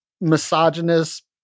misogynist